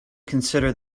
consider